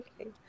okay